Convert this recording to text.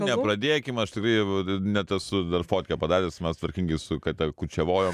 nepradėkim aš stovėjau net esu dar fotkę padaręs man tvarkingai su kate kūčiavojom